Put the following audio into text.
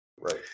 Right